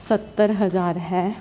ਸੱਤਰ ਹਜਾਰ ਹੈ